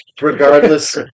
regardless